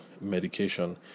medication